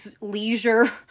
leisure